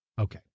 Okay